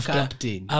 Captain